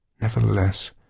Nevertheless